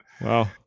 Wow